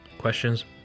Questions